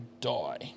die